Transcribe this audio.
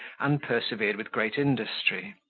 and persevered with great industry,